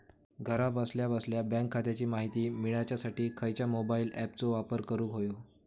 घरा बसल्या बसल्या बँक खात्याची माहिती मिळाच्यासाठी खायच्या मोबाईल ॲपाचो वापर करूक होयो?